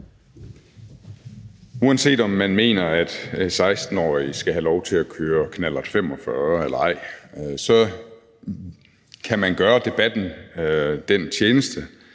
Uanset om man mener, at 16-årige skal have lov til at køre knallert 45 eller ej, kan man gøre debatten den tjeneste,